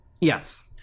yes